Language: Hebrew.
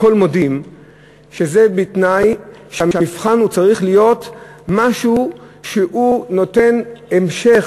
הכול מודים שזה בתנאי שהמבחן צריך להיות משהו שנותן המשך.